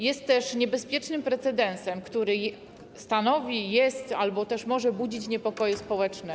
Jest też niebezpiecznym precedensem, który stanowi, budzi albo też może budzić niepokoje społeczne.